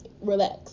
Relax